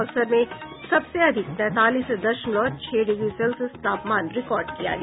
बक्सर में सबसे अधिक तैंतालीस दशमलव छह डिग्री सेल्सियस तापमान रिकॉर्ड किया गया